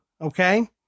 Okay